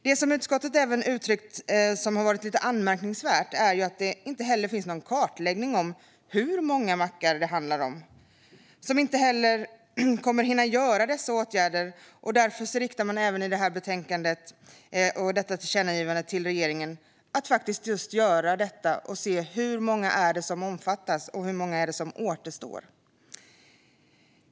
Något som enligt utskottet är anmärkningsvärt är att det inte finns någon kartläggning av hur många mackar det är som inte kommer att hinna vidta dessa åtgärder. Därför riktar utskottet ett tillkännagivande till regeringen om att göra detta och se hur många det är som omfattas och hur många som återstår.